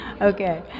Okay